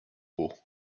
eaux